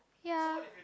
ya